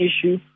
issue